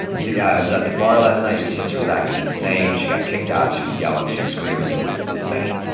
yeah i was at the bar last night. your sister was acting insane. she got kicked out. she was yelling she was screaming. it was insane.